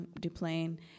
Duplain